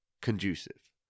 conducive